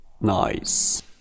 Nice